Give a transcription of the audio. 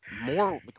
more